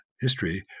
history